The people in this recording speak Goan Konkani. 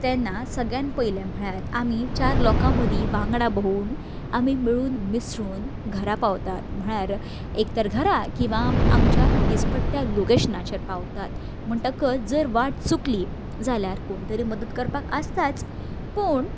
तेन्ना सगल्यान पयलें म्हळ्यार आमी चार लोकां मदीं वांगडा भोंवून आमी मिळून मिसळून घरा पावतात म्हळ्यार एक तर घरा किंवां आमच्या दिसपट्ट्या लोकेशनाचेर पावतात म्हणटकच जर वाट चुकली जाल्यार कोणतरी मदत करपाक आसताच पूण